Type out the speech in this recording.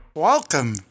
Welcome